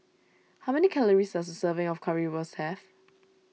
how many calories does a serving of Currywurst have